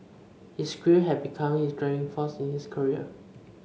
his grief had become his driving force in his career